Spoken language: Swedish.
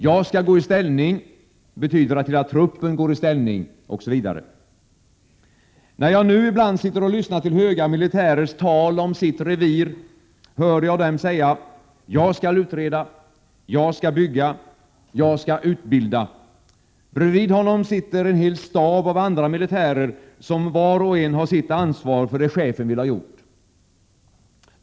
”Jag skall gå i När jag nu ibland sitter och lyssnar till höga militärers tal om sitt revir hör — 1 juni 1988 jag någon säga ”Jag skall utreda”, ”Jag skall bygga”, ”Jag skall utbilda”. Bredvid honom sitter en hel stab av andra militärer som var och en har sitt ansvar för det som chefen vill ha gjort.